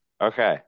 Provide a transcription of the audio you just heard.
Okay